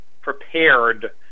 prepared